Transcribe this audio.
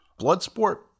Bloodsport